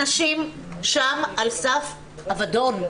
אנשים שם על סף אבדון.